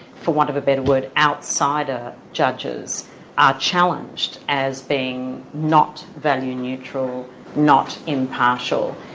for want of a better word, outsider judges are challenged as being not value-neutral, not impartial,